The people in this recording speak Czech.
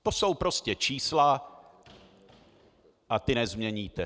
To jsou prostě čísla a ta nezměníte.